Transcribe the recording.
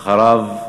ואחריו,